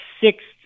sixth